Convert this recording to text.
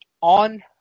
on